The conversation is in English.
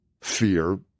fear